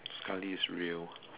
sekali it's real